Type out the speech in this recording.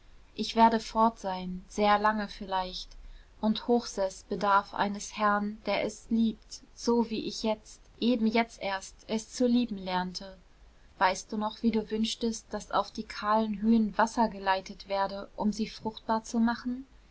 ich werde fort sein sehr lange vielleicht und hochseß bedarf eines herrn der es liebt so wie ich jetzt eben jetzt erst es zu lieben lernte weißt du noch wie du wünschtest daß auf die kahlen höhen wasser geleitet werde um sie fruchtbar zu machen